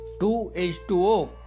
2H2O